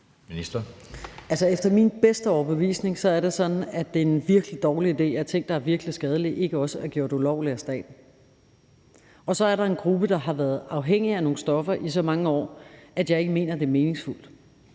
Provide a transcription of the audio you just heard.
efter min bedste overbevisning er det sådan, at det er en virkelig dårlig idé, at ting, der er virkelig skadelige, ikke også er gjort ulovlige af staten. Og så er der en gruppe, der har været afhængige af nogle stoffer i så mange år, at jeg ikke mener, det er meningsfuldt.